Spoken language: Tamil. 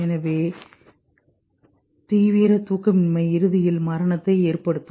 எனவே தீவிர தூக்கமின்மை இறுதியில் மரணத்தை ஏற்படுத்தும்